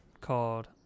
called